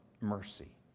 mercy